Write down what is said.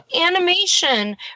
Animation